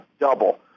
double